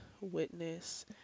witness